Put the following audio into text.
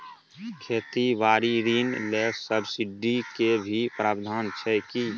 खेती बारी ऋण ले सब्सिडी के भी प्रावधान छै कि?